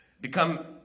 become